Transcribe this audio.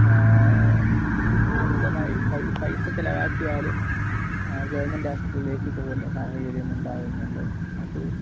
അമിതമായി പൈസ ചെലവാക്കിയാലും ഗവൺമെൻറ്റ് ആശുപത്രികളിലേക്ക് പോകുന്ന സാഹചര്യം ഉണ്ടാകുന്നുണ്ട് അത്